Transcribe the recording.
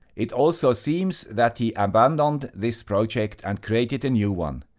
it also seems that he abandoned this project and created a new one.